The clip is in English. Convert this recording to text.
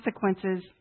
consequences